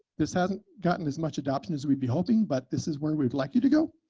this hasn't gotten as much adoption as we'd be hoping, but this is where we'd like you to go.